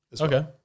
Okay